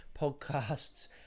podcasts